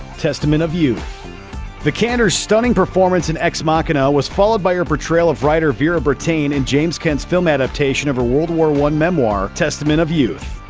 testament of youth vikander's stunning performance in ex machina was followed by her portrayal of writer vera brittain in james kent's film adaptation of her world war one memoir, testament of youth.